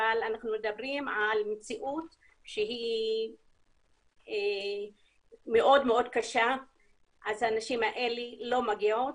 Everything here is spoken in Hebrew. אבל אנחנו מדברים על מציאות שהיא מאוד מאוד קשה אז הנשים האלה לא מגיעות